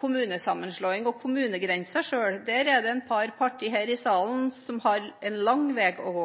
kommunesammenslåing og kommunegrenser selv. Der er et par partier her i salen som har en lang vei å gå.